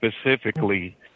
specifically